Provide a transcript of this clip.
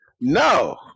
No